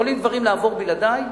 יכולים דברים לעבור בלעדי,